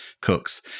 cooks